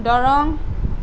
Darrang